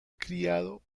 criado